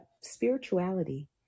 spirituality